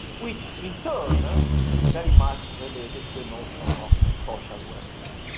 which in turn ah is very much related to the notion of social welfare.